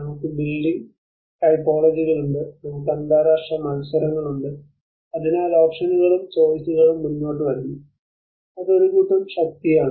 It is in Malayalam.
നമുക്ക് ബിൽഡിംഗ് ടൈപ്പോളജികളുണ്ട് നമുക്ക് അന്താരാഷ്ട്ര മത്സരങ്ങളുണ്ട് അതിനാൽ ഓപ്ഷനുകളും ചോയിസുകളും മുന്നോട്ട് വരുന്നു അത് ഒരു കൂട്ടം ശക്തിയാണ്